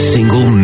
single